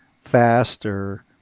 faster